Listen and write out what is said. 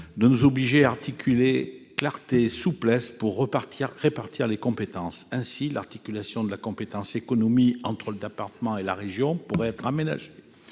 nous oblige à articuler clarté et souplesse pour répartir les compétences. Ainsi, l'articulation de la compétence « économie » entre le département et la région pourrait être aménagée